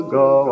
go